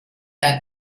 ein